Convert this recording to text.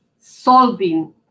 solving